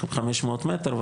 חמש מאות מטר,